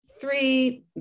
three